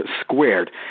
squared